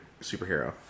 superhero